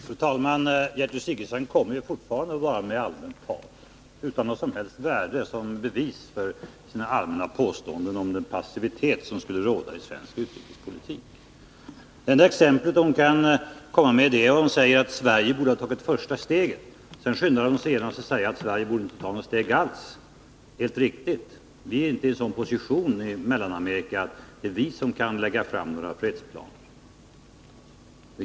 Fru talman! Gertrud Sigurdsen kommer fortfarande bara med allmänt tal utan något som helst bevis för sina påståenden om den passivitet som skulle råda i svensk utrikespolitik. Det enda exemplet hon kan anföra är att Sverige borde ha tagit första steget. Sedan skyndar hon sig att säga att Sverige inte borde ta något steg alls. Det är alldeles riktigt. Vi är inte i den positionen att vi kan lägga fram några fredsplaner för Mellanamerika.